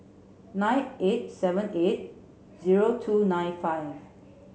nine eight seven eight zero two nine five